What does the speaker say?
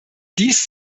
dies